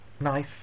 nice